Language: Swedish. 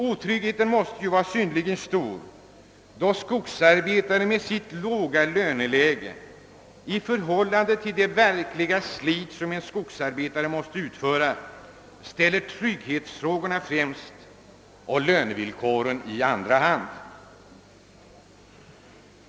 Otryggheten måste vara synnerligen stor, då skogsarbetarna med sitt låga löneläge i förhållande till det verkliga slit som en skogsarbetare måste utföra ställer trygghetsfrågorna främst och lönevillkoren först i andra hand.